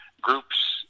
groups